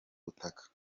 butaka